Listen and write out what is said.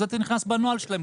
זה נכנס בנוהל שלהם,